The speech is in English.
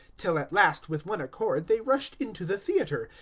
till at last with one accord they rushed into the theatre,